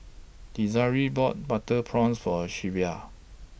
Desiree bought Butter Prawns For Shelvia